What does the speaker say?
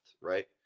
right